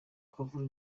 quavo